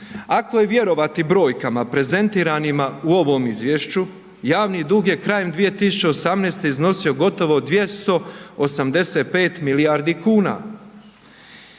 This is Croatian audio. Ako je vjerovati brojkama prezentiranima u ovome izvješću javni dug je krajem 2018. iznosio gotovo 285 milijardi kuna.